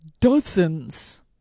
dozens